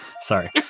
Sorry